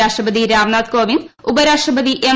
രാഷ്ട്രപതി രാംനാഥ് കോവിന്ദ് ഉപരാഷ്ട്രപതി എം